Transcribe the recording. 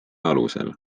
alusel